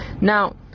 Now